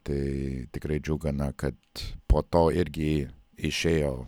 tai tikrai džiugina kad po to irgi išėjo